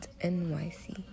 N-Y-C